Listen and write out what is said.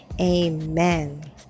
amen